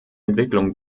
entwicklung